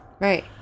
Right